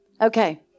Okay